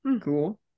cool